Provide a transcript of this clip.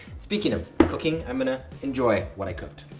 speaking of cooking, i'm gonna enjoy what i cooked.